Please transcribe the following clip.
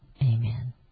Amen